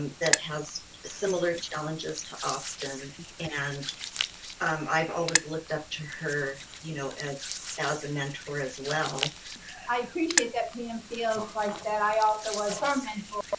that has similar challenges to austin and um i've always looked up to her, you know, and as a mentor as well i appreciate that pam feels like that i also was her mentor, but